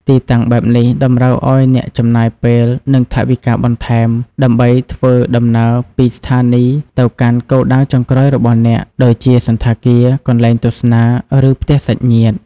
ទីតាំងបែបនេះតម្រូវឱ្យអ្នកចំណាយ ពេល និងថវិកាបន្ថែម ដើម្បីធ្វើដំណើរពីស្ថានីយ៍ទៅកាន់គោលដៅចុងក្រោយរបស់អ្នក ដូចជាសណ្ឋាគារ កន្លែងទស្សនា ឬផ្ទះសាច់ញាតិ។